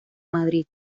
madrid